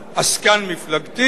עסקן מפלגתי,